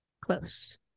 Close